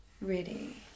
ready